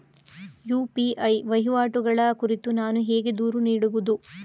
UPI ವಹಿವಾಟುಗಳ ಕುರಿತು ನಾನು ಹೇಗೆ ದೂರು ನೀಡುವುದು?